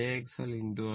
j XL I